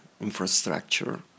infrastructure